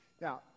Now